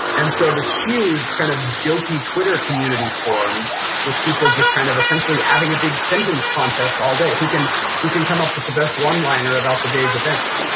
and so this huge kind of jokey twitter community formed with people just kind of essentially having a big sentence contest all day. who can who can come up with the best one liner about the day's events.